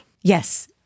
Yes